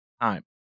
time